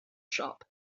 shop